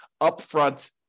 upfront